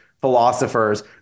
philosophers